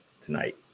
tonight